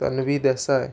Tanvi Desai